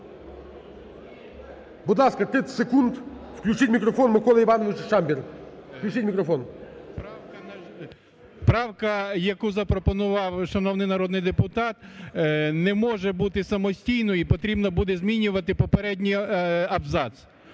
Будь ласка, 30 секунд, включіть мікрофон Миколи Івановича Шамбіра. Включіть мікрофон. 16:30:54 ШАМБІР М.І. Правка, яку запропонував шановний народний депутат, не може бути самостійною і потрібно буде змінювати попередній абзац.